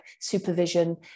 supervision